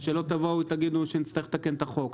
שלא תבואו ותגידו שנצטרך לתקן את החוק.